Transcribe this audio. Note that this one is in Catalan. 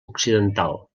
occidental